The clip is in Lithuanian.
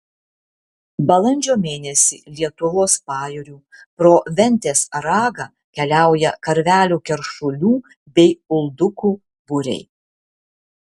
balandžio mėnesį lietuvos pajūriu pro ventės ragą keliauja karvelių keršulių bei uldukų būriai